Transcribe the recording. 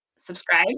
subscribe